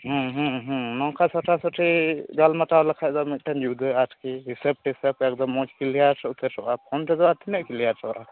ᱱᱚᱝᱠᱟ ᱥᱚᱨᱟ ᱥᱚᱨᱤ ᱜᱟᱞᱢᱟᱨᱟᱣ ᱞᱮᱠᱷᱟᱱ ᱫᱚ ᱢᱤᱫᱴᱮᱱ ᱡᱩᱫᱟᱹ ᱟᱨᱠᱤ ᱦᱤᱥᱟᱹᱵᱽ ᱴᱤᱥᱟᱹᱵᱽ ᱮᱠᱫᱚᱢ ᱢᱚᱡᱽ ᱠᱞᱤᱭᱟᱨ ᱩᱛᱟᱹᱨᱚᱜᱼᱟ ᱠᱚᱢ ᱛᱮᱫᱚ ᱟᱨ ᱛᱤᱱᱟᱹᱜ ᱠᱞᱤᱭᱟᱨᱚᱜᱼᱟ